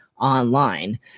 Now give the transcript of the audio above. online